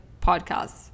podcasts